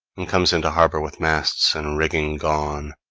and comes into harbor with masts and rigging gone.